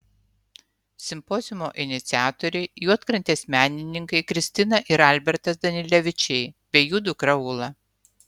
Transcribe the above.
simpoziumo iniciatoriai juodkrantės menininkai kristina ir albertas danilevičiai bei jų dukra ula